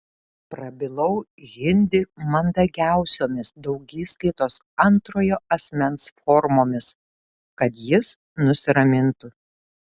prabilau hindi mandagiausiomis daugiskaitos antrojo asmens formomis kad jis nusiramintų